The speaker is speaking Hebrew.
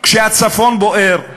כשהצפון בוער,